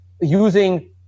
using